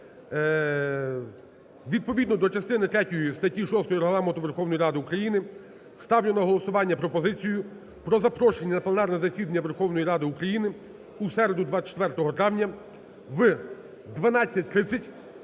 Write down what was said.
відповідно до частини третьої статті 6 Регламенту Верховної Ради України ставлю на голосування пропозицію про запрошення на пленарне засідання Верховної Ради України у середу 24 травня в 12.30